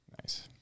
Nice